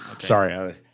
Sorry